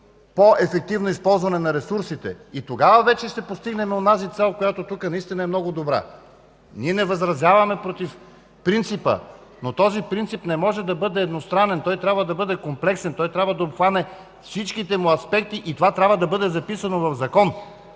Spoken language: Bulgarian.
по-ефективно използване на ресурсите. Тогава вече ще постигнем онази цел, която тук наистина е много добра. Ние не възразяваме против принципа, но този принцип не може да бъде едностранен, той трябва да бъде комплексен, трябва да обхване всичките аспекти. Това трябва да бъде записано в закон,